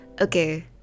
Okay